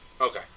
Okay